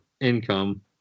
income